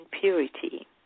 purity